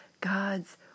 God's